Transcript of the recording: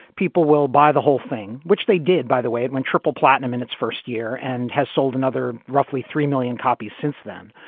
people will buy the whole thing, which they did. by the way, it went triple platinum in its first year and has sold another roughly three million copies since then.